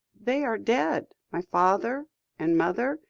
they are dead my father and mother,